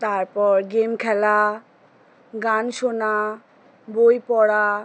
তারপর গেম খেলা গান শোনা বই পড়া